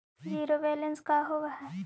Zero balance का होव हइ?